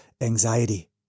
anxiety